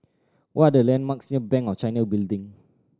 what are the landmarks near Bank of China Building